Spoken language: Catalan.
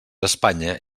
espanya